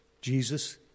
jesus